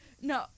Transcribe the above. No